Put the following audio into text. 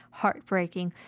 heartbreaking